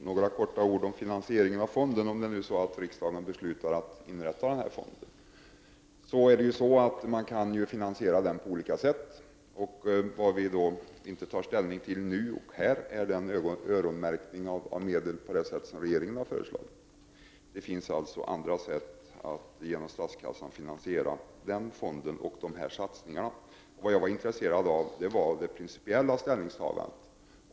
Herr talman! Först vill jag säga några ord om finansieringen — om riksdagen nu beslutar att inrätta fonden. Fonden kan ju finansieras på olika sätt. Vad vi inte tar ställning till nu och här är öronmärkningen av medel på det sätt som regeringen har föreslagit. Det finns alltså andra sätt att med hjälp av statskassan finansiera fonden och satsningarna. Jag är intresserad av det principiella ställningstagandet.